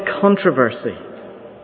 controversy